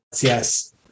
yes